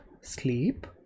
sleep